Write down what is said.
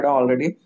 already